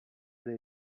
they